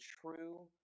true